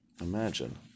Imagine